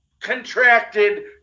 contracted